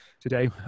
today